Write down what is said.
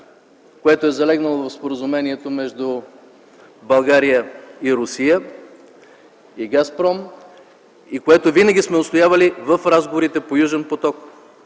което е залегнало в споразумението между България, Русия и „Газпром”. Това е, което винаги сме отстоявали и в разговорите по „Южен поток”,